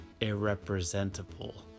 irrepresentable